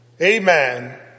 amen